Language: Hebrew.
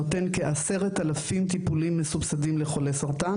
שנותן כעשרת אלפים טיפולים מסובסדים לחולי סרטן